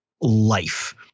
life